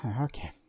Okay